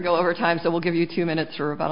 go over time so we'll give you two minutes or about